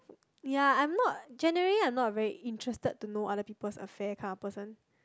ya I'm not generally I'm not a very interested to know other people's affair kind of person